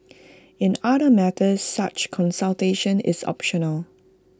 in other matters such consultation is optional